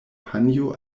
panjo